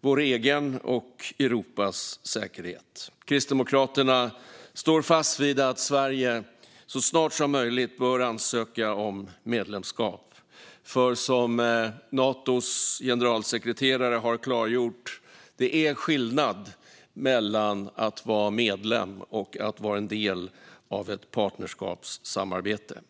vår egen och Europas säkerhet. Kristdemokraterna står fast vid att Sverige så snart som möjligt bör ansöka om medlemskap. Som Natos generalsekreterare har klargjort är det nämligen skillnad mellan att vara medlem och att vara en del av ett partnerskapssamarbete.